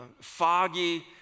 foggy